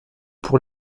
pour